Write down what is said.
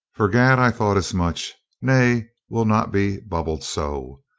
fgad, i thought as much. nay, we'll not be bubbled so.